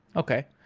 okay.